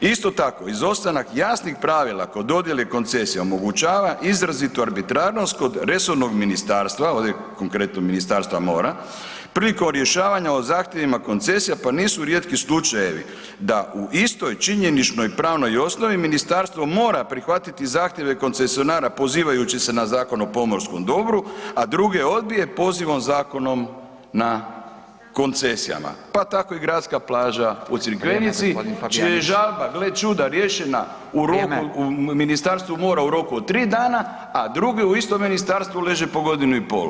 Isto tako, izostanak jasnih pravila kod dodjele koncesija omogućava izrazitu arbitrarnost kod resornog ministarstva ovdje konkretno Ministarstva mora, prilikom rješavanja o zahtjevima koncesija, pa nisu rijetki slučajevi da u istoj činjeničnoj i pravnoj osnovi, ministarstvo mora prihvatiti zahtjeve koncesionara pozivajući se na Zakon o pomorskom dobru a druge odbije pozivom Zakonom na koncesijama pa tako i gradska plaža u Crikvenici [[Upadica Radin: Vrijeme, g. Fabijanić.]] čija je žalba, gle čuda riješena u roku u Ministarstvu mora, u roku od 3 dana a druga u istom ministarstvu leži po godinu i pol.